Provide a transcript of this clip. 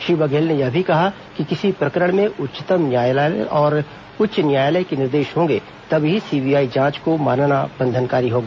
श्री बघेल ने यह भी कहा कि किसी प्रकरण में उच्चतम न्यायालय और उच्च न्यायालय के निर्देश होंगे तब ही सीबीआई जांच को मानना बंधनकारी होगा